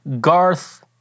Garth